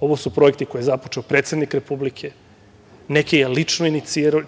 Ovo su projekti koje je započeo predsednik Republike, neke je lično